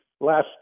last